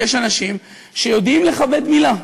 יש אנשים שיודעים לכבד מילה,